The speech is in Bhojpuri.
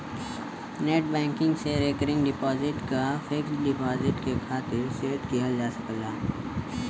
नेटबैंकिंग से रेकरिंग डिपाजिट क फिक्स्ड डिपाजिट के खातिर सेट किहल जा सकला